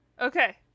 Okay